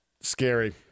scary